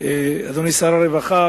אדוני שר הרווחה,